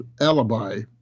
alibi